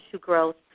growth